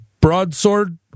broadsword